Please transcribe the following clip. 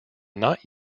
not